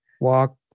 walk